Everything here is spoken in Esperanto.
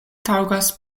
taŭgas